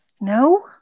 No